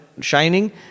shining